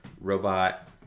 robot